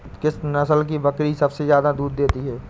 किस नस्ल की बकरी सबसे ज्यादा दूध देती है?